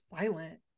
violent